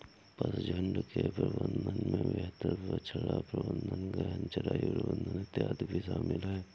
पशुझुण्ड के प्रबंधन में बेहतर बछड़ा प्रबंधन, गहन चराई प्रबंधन इत्यादि भी शामिल है